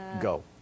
go